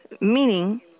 meaning